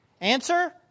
Answer